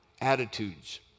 attitudes